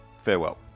Farewell